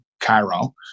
Cairo